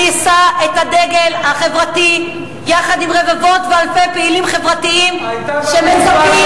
אני אשא את הדגל החברתי יחד עם רבבות ואלפי פעילים חברתיים שמצפים,